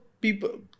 people